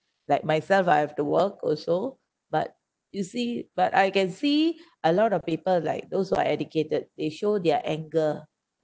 like myself I have to work also but you see but I can see a lot of people like those who are educated they show their anger